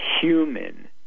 human